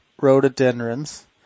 rhododendrons